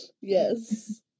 yes